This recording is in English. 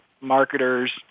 marketers